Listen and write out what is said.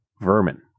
vermin